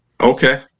okay